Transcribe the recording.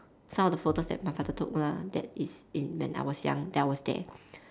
some of the photos that my father took lah that is in when I was young that I was there